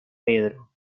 pedro